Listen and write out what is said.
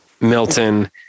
Milton